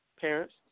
parents